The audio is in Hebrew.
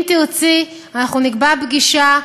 אם תרצי, נקבע פגישה,